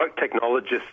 technologists